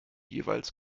jeweils